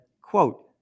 quote